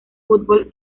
fútbol